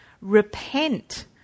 Repent